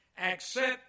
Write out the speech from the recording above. accept